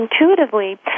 intuitively